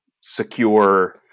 secure